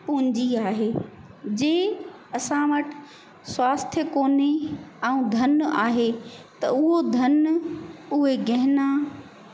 पूंजी आहे जे असां वटि स्वास्थ्य कोन्हे ऐं धन आहे त उहो धन उहे गहना